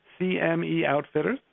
CMEOutfitters